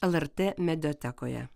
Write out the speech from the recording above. lrt mediatekoje